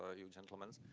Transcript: ah you gentlemen.